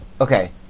Okay